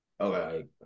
Okay